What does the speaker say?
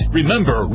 Remember